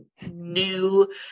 new